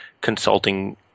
consulting